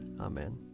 Amen